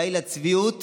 די לצביעות